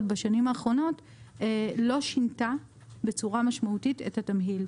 בשנים האחרונות לא שינתה את התמהיל בצורה משמעותית,